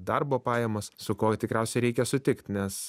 darbo pajamos su kuo tikriausiai reikia sutikt nes